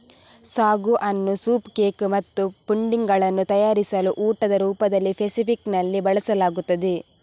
sago ಅನ್ನು soup cake ಮತ್ತು pudding ಗಳನ್ನು ತಯಾರಿಸಲು ಊಟದ ರೂಪದಲ್ಲಿ ಫೆಸಿಫಿಕ್ ನಲ್ಲಿ ಬಳಸಲಾಗುತ್ತದೆ